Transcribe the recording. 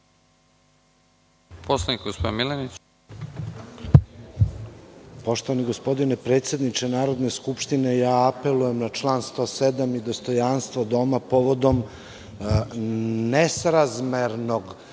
Poštovani gospodine predsedniče Narodne skupštine, apelujem na član 107. i dostojanstvo doma povodom nesrazmernog